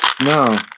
No